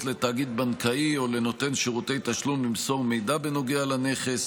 לתאגיד בנקאי או לנותן שירותי תשלום למסור מידע בנוגע לנכס